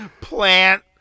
Plant